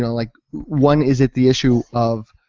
like one, is it the issue of